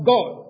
God